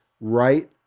right